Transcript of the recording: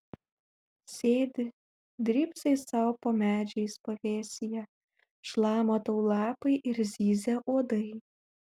sėdi drybsai sau po medžiais pavėsyje šlama tau lapai ir zyzia uodai